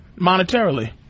monetarily